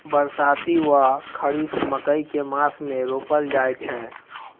बरसाती वा खरीफ मकई केँ मास मे रोपल जाय छैय?